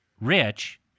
rich